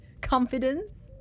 confidence